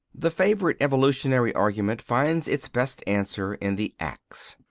the favourite evolutionary argument finds its best answer in the axe.